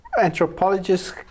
anthropologists